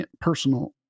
personal